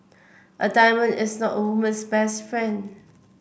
a diamond is not a woman's best friend